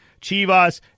Chivas